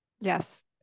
Yes